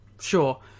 Sure